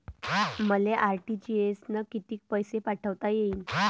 मले आर.टी.जी.एस न कितीक पैसे पाठवता येईन?